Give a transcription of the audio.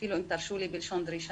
אפילו אם תרשו לי, בלשון דרישה,